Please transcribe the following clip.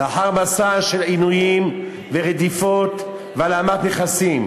לאחר מסע של עינויים ורדיפות והלאמת נכסים,